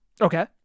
Okay